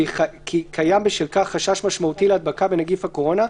וכי קיים בשל כך חשש משמעותי להדבקה בנגיף קורונה,